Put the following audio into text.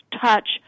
touch